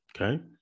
Okay